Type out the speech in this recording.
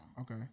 okay